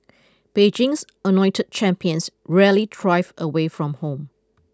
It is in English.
Beijing's anointed champions rarely thrive away from home